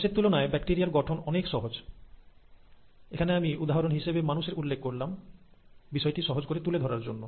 মানুষের তুলনায় ব্যাকটেরিয়ার গঠন অনেক সহজ এখানে আমি উদাহরণ হিসেবে মানুষের উল্লেখ করলাম বিষয়টি সহজ করে তুলে ধরার জন্য